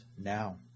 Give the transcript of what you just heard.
now